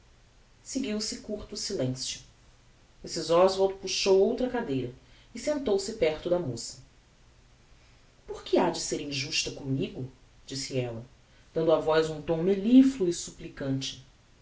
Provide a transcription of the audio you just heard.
seguiu-se curto silencio mrs oswald puxou outra cadeira e sentou-se perto da moça por que ha de ser injusta commigo disse ella dando á voz um tom mellifluo e supplicante